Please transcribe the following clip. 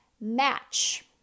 match